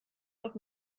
doch